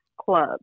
club